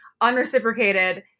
unreciprocated